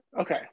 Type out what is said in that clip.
okay